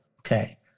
okay